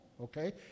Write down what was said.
okay